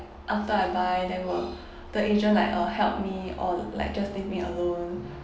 after I buy then will the agent like uh help me or like just leave me alone